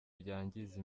byangiza